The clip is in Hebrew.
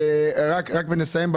בעצם למה אתם לא מתכננים את